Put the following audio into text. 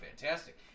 fantastic